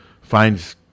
finds